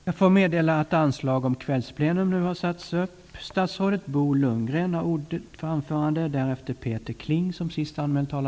Jag får meddela att anslag nu har satts upp om att detta sammanträde skall fortsätta efter kl. 19.00.